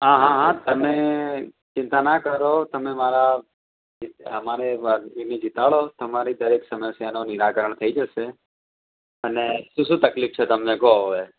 હા હા હા તમે ચિંતા ના કરો તમે મારા અમારી પાર્ટીને જીતાડો તમારી દરેક સમસ્યાનો નિરાકરણ થઈ જશે અને શું શું તકલીફ છે તમને કહો હવે